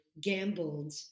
gambled